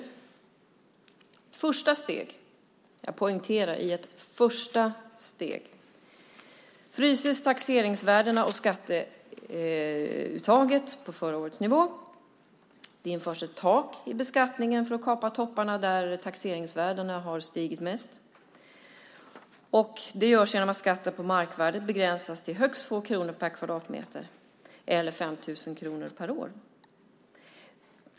I ett första steg - jag poängterar att det är ett första steg - fryses taxeringsvärdena och skatteuttaget på förra årets nivå. Det införs ett tak i beskattningen för att kapa topparna där taxeringsvärdena har stigit mest. Och det görs genom att skatten på markvärdet begränsas till högst 2 kronor per kvadratmeter eller 5 000 kronor per år.